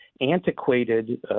antiquated